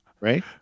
Right